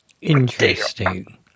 Interesting